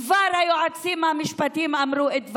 כבר היועצים המשפטיים אמרו את דברם,